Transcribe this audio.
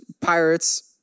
Pirates